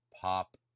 Pop